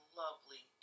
lovely